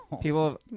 People